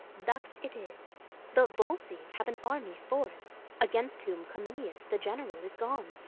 thus it is the volsces have an army forth against whom cominius the general is gone,